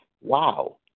Wow